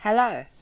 Hello